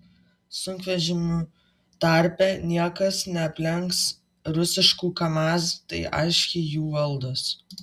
sunkvežimių tarpe niekas neaplenks rusiškų kamaz tai aiškiai jų valdos